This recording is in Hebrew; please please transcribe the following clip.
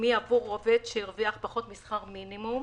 הלאומי עבור עובד שהרוויח פחות משכר מינימום